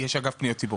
יש אגף פניות ציבור.